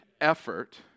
effort